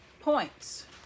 points